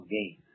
game